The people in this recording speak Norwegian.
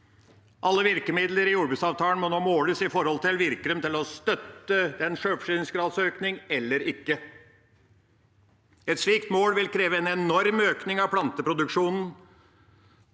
Alle virkemidler i jordbruksavtalen må nå måles i forhold til om de virker for å støtte en sjølforsyningsgradsøkning eller ikke. Et slikt mål vil kreve en enorm økning av planteproduksjon,